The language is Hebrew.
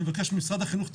אני מבקש ממשרד החינוך,